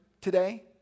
today